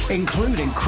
including